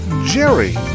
Jerry